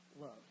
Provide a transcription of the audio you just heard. love